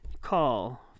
call